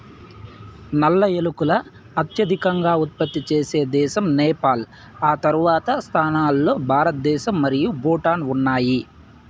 నల్ల ఏలకులు అత్యధికంగా ఉత్పత్తి చేసే దేశం నేపాల్, ఆ తర్వాతి స్థానాల్లో భారతదేశం మరియు భూటాన్ ఉన్నాయి